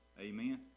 Amen